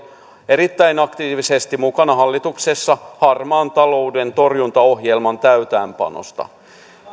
erittäin aktiivisesti mukana hallituksessa harmaan talouden torjuntaohjelman täytäntöönpanossa